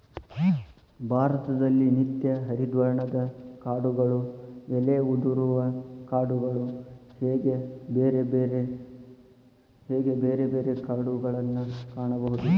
ಭಾರತದಲ್ಲಿ ನಿತ್ಯ ಹರಿದ್ವರ್ಣದ ಕಾಡುಗಳು ಎಲೆ ಉದುರುವ ಕಾಡುಗಳು ಹೇಗೆ ಬೇರೆ ಬೇರೆ ಕಾಡುಗಳನ್ನಾ ಕಾಣಬಹುದು